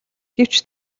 гэвч